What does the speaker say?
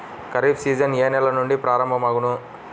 Kharif season ఏ నెల నుండి ప్రారంభం అగును?